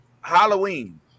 Halloween